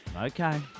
Okay